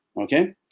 okay